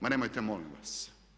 Ma nemojte molim vas!